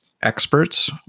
experts